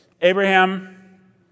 Abraham